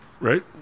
Right